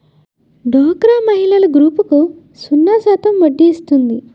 డోక్రా మహిళల గ్రూపులకు సున్నా శాతం వడ్డీ ఇస్తుంది